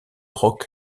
rock